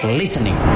listening